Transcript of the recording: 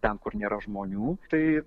ten kur nėra žmonių tai